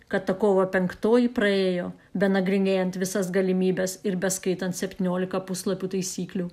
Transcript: kad ta kovo penktoji praėjo benagrinėjant visas galimybes ir beskaitant septyniolika puslapių taisyklių